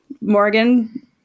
Morgan